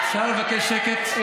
אפשר לבקש שקט?